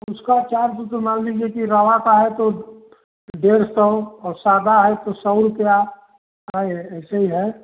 उसका चार्ज वह तो मान लीजिए कि रवा का है तो डेढ़ सौ और सदा है तो सौ रुपये है ऐसे ही है